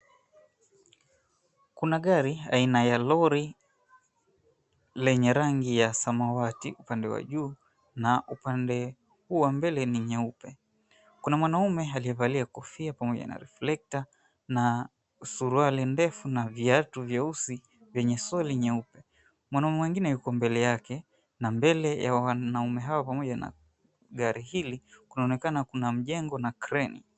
Kuna gari aina ya lori lenye rangi ya samawati upande wa juu, na upande huu wa mbele ni nyeupe. Kuna mwanaume aliyevalia kofia pamoja na reflector na suruali ndefu na viatu vyeusi vyenye soli nyeupe. Mwanaume mwingine yuko mbele yake, na mbele ya wanaume hawa pamoja na gari hili, kunaonekana kuna mjengo na kreni.